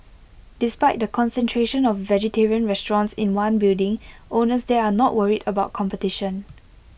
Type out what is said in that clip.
despite the concentration of vegetarian restaurants in one building owners there are not worried about competition